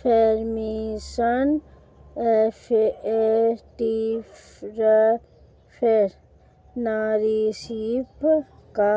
feminist entrepreneurship के